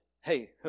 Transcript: Hey